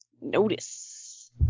Notice